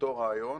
אותו רעיון